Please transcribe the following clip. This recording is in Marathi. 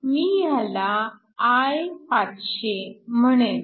मी ह्याला I500 म्हणेन